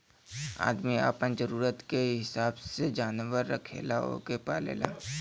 आदमी आपन जरूरत के हिसाब से जानवर रखेला ओके पालेला